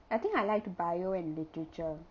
I think I liked to biology and literature